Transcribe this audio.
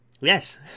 Yes